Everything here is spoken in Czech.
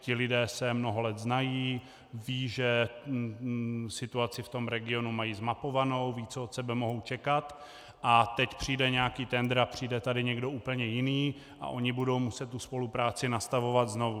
Ti lidé se mnoho let znají, vědí, že situaci v tom regionu mají zmapovanou, vědí, co od sebe mohou čekat, a teď přijde nějaký tendr a přijde sem někdo úplně jiný a oni budou muset tu spolupráci nastavovat znovu.